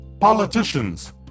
politicians